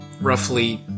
roughly